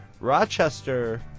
Rochester